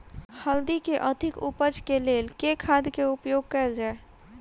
हल्दी केँ अधिक उपज केँ लेल केँ खाद केँ प्रयोग कैल जाय?